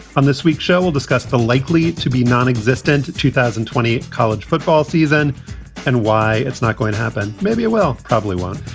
on this week's show, we'll discuss the likely to be non-existent two thousand and twenty college football season and why it's not going to happen. maybe it will. probably won't.